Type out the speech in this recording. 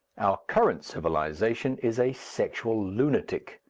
our current civilization is a sexual lunatic.